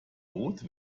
both